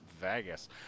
Vegas